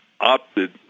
opted